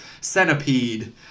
Centipede